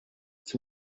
its